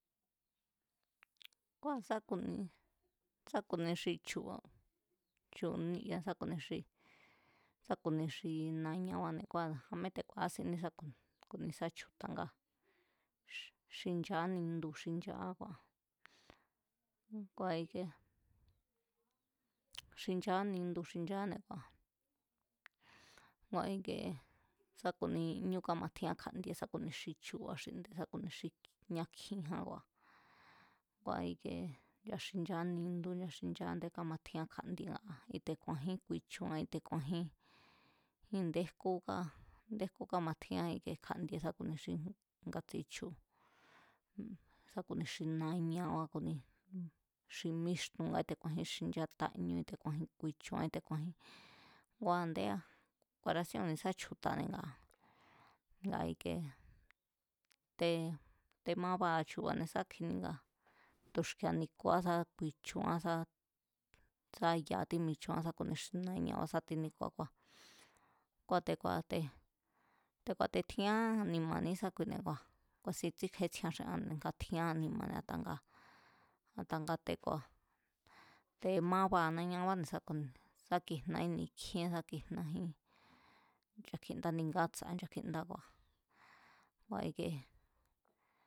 Ngua̱ sa ku̱ni, sá ku-ni xi chu̱ba̱, chu̱ ni'ya̱ sa ku̱ ni xi, sa ku̱ni xi nañabáne̱ ngua̱ a̱mé te̱ ku̱a̱ásiní sa ku̱ni sá chju̱ta̱ nga xinchaá nindu xinchaá ngua̱, ngua̱ ikiee xinchaá nindu xinchaá, ngua ikiee sá ku̱nia ñú kámatjián kja̱ndie sá ku̱ni xi chu̱ba̱ xi nde̱, ku̱ni ñá kjiján ngua̱, ngua̱ ikiee nchaxinchará nindu nchaxinchará a̱ndé kámatjián kja̱ndie a̱ kíte̱ku̱a̱jín ku̱i̱chua̱n kíte̱ ku̱a̱jín ní i̱ndé jkú ká i̱ndé jkú kámatjián kja̱ndie ku̱ni xi ngatsi chu̱, sá ku̱ni xi nañaba sá ku̱ni, xi míxton nga kíte̱ ku̱a̱jín xinchatáñú kíte̱ku̱a̱jín ku̱i̱chunra̱. Ngua̱ a̱ndé ku̱a̱arásí ku̱nisá chju̱ta̱i̱ni ngaa̱, ngaa̱ ikiee te̱ mabaa̱ chu̱ba̱ne̱ sá kjini nga tu̱xki̱e̱a̱ ni̱ku̱á sá ku̱i̱chuán sá, sá ya tímichuán sá ku̱ni xi nañabá sá tiníku̱a kúa̱, kua̱ te̱, te̱ku̱a̱ te̱tjián anima̱ ni̱ísá kuine̱ ngua̱ ku̱a̱sín tsikjétsjiean xi anne̱ nga tjián anima̱ne̱ a̱tanga, a̱tanga te̱kua̱, te̱ mabaa̱ nañabáne̱ sá kijnaí ni̱kjíén sá kijnajín, nchakjinda índi ngatsa̱ nchakjindá kua̱, kua̱ kiee